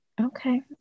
Okay